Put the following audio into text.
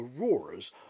auroras